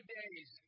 days